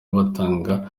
batanga